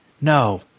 no